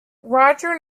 roger